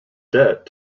debt